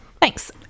Thanks